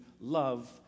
love